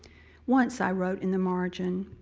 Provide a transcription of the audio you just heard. once i wrote in the margin,